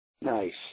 Nice